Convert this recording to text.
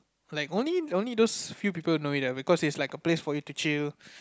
like only only those few people it lah because it's like a place for you to chill